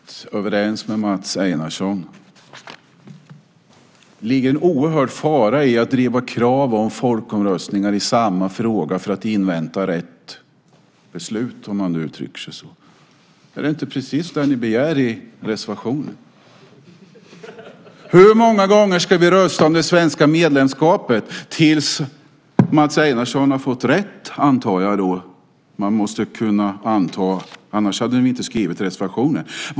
Fru talman! Jag är helt överens med Mats Einarsson. Det ligger en oerhörd fara i att driva krav om folkomröstningar i samma fråga för att invänta rätt beslut. Är det inte precis det ni begär i reservationen? Hur många gånger ska vi rösta om det svenska medlemskapet? Tills Mats Einarsson har fått rätt, antar jag, annars hade ni väl inte skrivit reservationen.